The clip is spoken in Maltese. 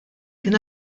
kien